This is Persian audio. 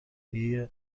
دیگه